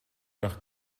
nach